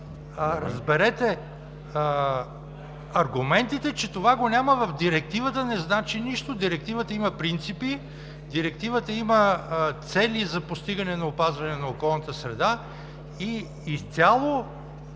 Разберете, аргументите, че това го няма в Директивата, не значат нищо. Директивата има принципи, Директивата има цели за постигане на опазване на околната среда и това изцяло